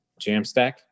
Jamstack